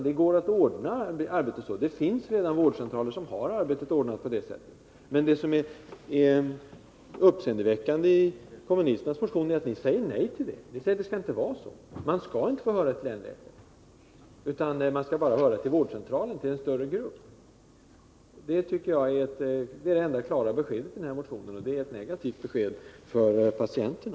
Det går att ordna arbetet så här, och det finns redan vårdcentraler som arbetar på det sättet. Det uppseendeväckande i kommunisternas motion är att ni säger nej till detta — man skall inte få höra till en läkare, utan man skall bara höra till en vårdcentral, till en större grupp. Det är det enda klara beskedet i den här motionen, och det är ett negativt besked för patienterna.